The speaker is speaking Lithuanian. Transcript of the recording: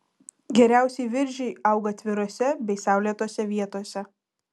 geriausiai viržiai auga atvirose bei saulėtose vietose